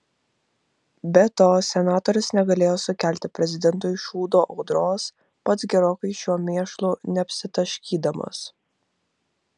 be to senatorius negalėjo sukelti prezidentui šūdo audros pats gerokai šiuo mėšlu neapsitaškydamas